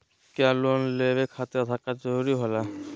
क्या लोन लेवे खातिर आधार कार्ड जरूरी होला?